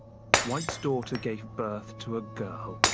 white's daughter gave birth to a girl.